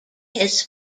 his